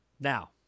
Now